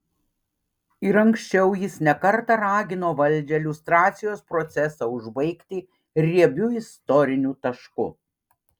ir anksčiau jis ne kartą ragino valdžią liustracijos procesą užbaigti riebiu istoriniu tašku